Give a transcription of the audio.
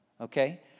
okay